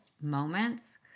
moments